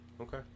Okay